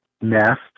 nest